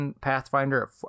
Pathfinder